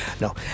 No